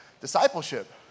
discipleship